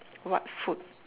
what food